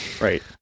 Right